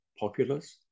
populous